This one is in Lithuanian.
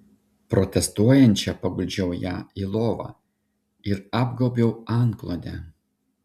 protestuojančią paguldžiau ją į lovą ir apgaubiau antklode